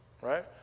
right